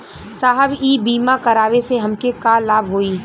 साहब इ बीमा करावे से हमके का लाभ होई?